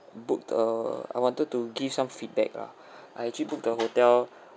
booked err I wanted to give some feedback ah I actually booked the hotel